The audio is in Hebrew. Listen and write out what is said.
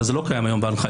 אבל זה לא קיים היום בהנחיה.